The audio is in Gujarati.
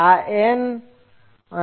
આ N છે